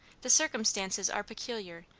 the circumstances are peculiar,